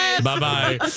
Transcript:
Bye-bye